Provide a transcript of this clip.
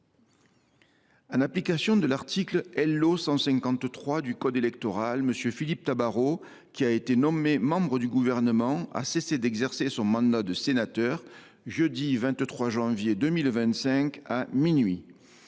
En application de l’article L.O. 153 du code électoral, M. Philippe Tabarot, qui a été nommé membre du Gouvernement, a cessé d’exercer son mandat de sénateur le jeudi 23 janvier 2025 à minuit.